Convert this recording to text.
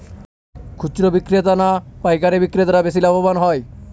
খুচরো বিক্রেতা না পাইকারী বিক্রেতারা বেশি লাভবান হয়?